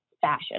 fashion